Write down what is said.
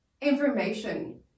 information